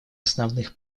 основных